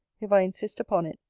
if i insist upon it,